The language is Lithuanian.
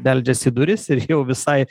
beldžias į duris ir jau visai